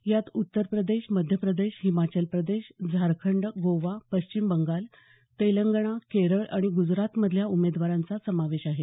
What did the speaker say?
यात उत्तर प्रदेश मध्यप्रदेश हिमाचल प्रदेश झारखंड गोवा पश्चिम बंगाल तेलंगणा केरळ आणि ग्जरातमधल्या उमेदवारांचा समावेश आहे